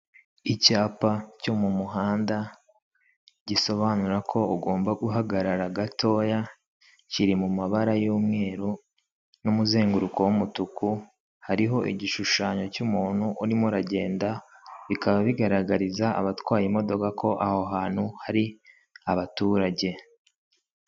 Icyapa cyo mu muhanda gisobanura ko ugomba guhagarara gatoya, kiri mu mabara y'umweru n'umuzenguruko w'umutuku hariho igishushanyo cy'umuntu urimo uragenda bikaba bigaragariza abatwaye imodoka ko aho hantu hari abaturage.